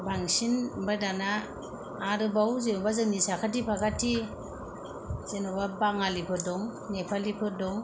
बांसिन ओमफ्राय दाना आरोबाव जेन'बा जोंनि साखाथि फाखाथि जेन'बा बाङालिफोर दं नेपालिफोर दं